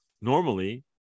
normally